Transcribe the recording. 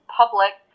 public